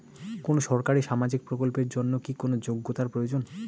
কোনো সরকারি সামাজিক প্রকল্পের জন্য কি কোনো যোগ্যতার প্রয়োজন?